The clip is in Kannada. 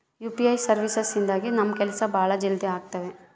ಯು.ಪಿ.ಐ ಸರ್ವೀಸಸ್ ಇಂದಾಗಿ ನಮ್ ಕೆಲ್ಸ ಭಾಳ ಜಲ್ದಿ ಅಗ್ತವ